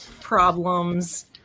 problems